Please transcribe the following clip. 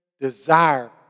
desire